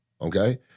okay